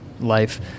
life